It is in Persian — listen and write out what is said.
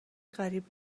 قریب